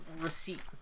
receipt